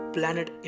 Planet